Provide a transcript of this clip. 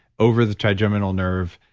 over the trigeminal nerve,